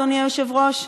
אדוני היושב-ראש,